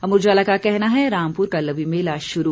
अमर उजाला का कहना है रामपुर का लवी मेला शुरू